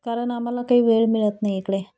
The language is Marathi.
कारण आम्हाला काही वेळ मिळत नाही इकडे